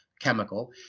chemical